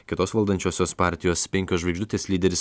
kitos valdančiosios partijos penkios žvaigždutės lyderis